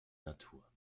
natur